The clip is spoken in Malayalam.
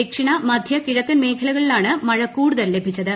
ദക്ഷിണ മധ്യ കിഴക്കൻ മേഖലകളിലാണ് മഴ കൂടുതൽ ലഭിച്ചത്